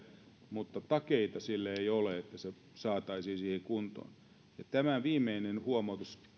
mutta ei ole takeita että se saataisiin siihen kuntoon ja tämä viimeinen huomautus